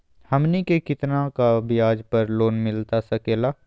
हमनी के कितना का ब्याज पर लोन मिलता सकेला?